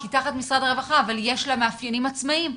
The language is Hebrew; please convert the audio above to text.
כי היא תחת משרד הרווחה אבל יש לה מאפיינים עצמאיים.